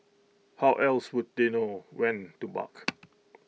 how else would they know when to bark